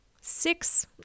six